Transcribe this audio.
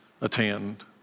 attend